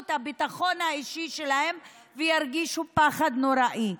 את הביטחון האישי שלהם וירגישו פחד נוראי.